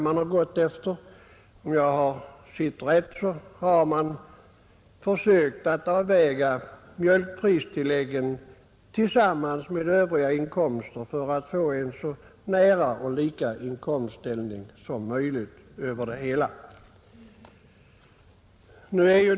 Man har gått efter ett visst system och försökt avväga mjölkpristillägget tillsammans med övriga inkomster för att få en så nära och lika inkomstställning som möjligt över hela området.